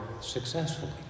successfully